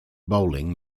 bowling